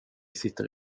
sitter